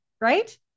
Right